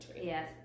Yes